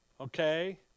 okay